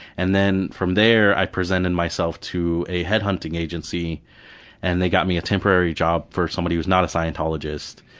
and then from there i presented myself to a head-hunting agency and they got me a temporary job with somebody who is not a scientologist.